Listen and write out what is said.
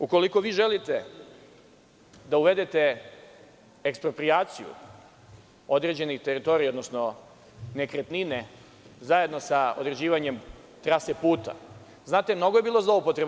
Ukoliko vi želite da uvedete eksproprijaciju određenih teritorija, odnosno nekretnine, zajedno sa određivanjem trase puta, znate, mnogo je bilo zloupotreba.